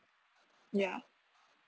ya